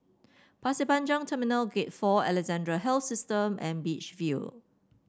Pasir Panjang Terminal Gate Four Alexandra Health System and Beach View